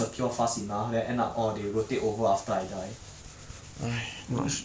post analytics is like as in how much you done per for the objectives and what not right